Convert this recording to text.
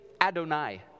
Adonai